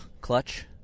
clutch